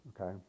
okay